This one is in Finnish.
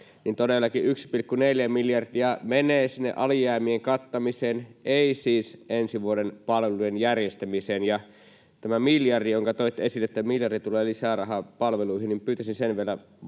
todellakin 1,4 miljardia menee sinne alijäämien kattamiseen, ei siis ensi vuoden palveluiden järjestämiseen. Tämän miljardin, jonka toitte esille, että miljardi tulee lisää rahaa palveluihin, niin pyytäisin sen vielä tarkistamaan,